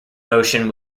motion